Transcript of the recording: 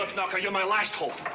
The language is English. um knocker, you're my last hope.